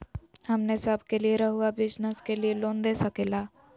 हमने सब के लिए रहुआ बिजनेस के लिए लोन दे सके ला?